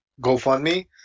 GoFundMe